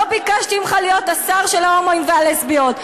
לא ביקשתי ממך להיות השר של ההומואים והלסביות,